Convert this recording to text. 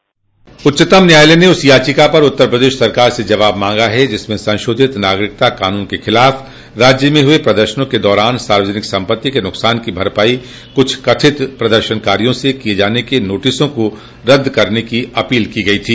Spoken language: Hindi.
उच्चतम न्यायालय ने उस याचिका पर उत्तर प्रदेश सरकार से जवाब मांगा है जिसमें संशोधित नागरिकता कानून के खिलाफ राज्य में हुए प्रदर्शनों के दौरान सार्वजनिक सम्पत्ति के नुकसान की भरपाई कुछ कथित प्रदर्शनकारियों से किये जाने के नोटिसों को रद्द करने की अपील की गई थी